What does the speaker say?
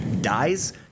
dies